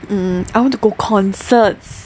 mm I want to go concerts